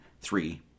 three